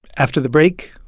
after the break,